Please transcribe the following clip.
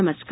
नमस्कार